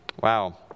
Wow